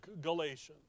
Galatians